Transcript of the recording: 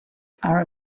are